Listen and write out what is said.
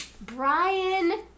Brian